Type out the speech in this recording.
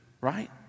Right